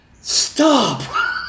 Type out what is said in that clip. stop